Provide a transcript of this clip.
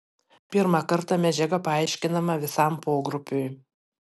pirmą kartą medžiaga paaiškinama visam pogrupiui